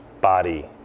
body